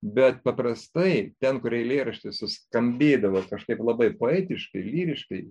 bet paprastai ten kur eilėraštis suskambėdavo kažkaip labai poetiškai lyriškai